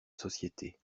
société